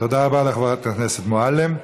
תודה רבה לחברת הכנסת מועלם.